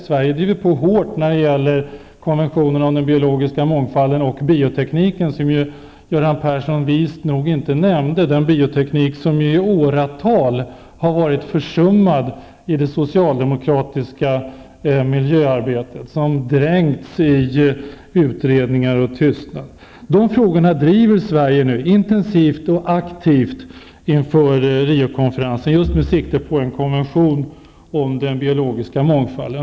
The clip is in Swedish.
Sverige driver på hårt när det gäller konventionen om den biologiska mångfalden och biotekniken, som ju Göran Persson vist nog inte nämnde. Biotekniken har i åratal varit försummad i det socialdemokratiska miljöarbetet, som dränkts i utredningar och tystnad. De frågorna driver Sverige nu intensivt och aktivt inför Riokonferensen, just med sikte på en konvention om den biologiska mångfalden.